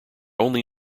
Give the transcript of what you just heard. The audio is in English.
only